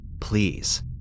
Please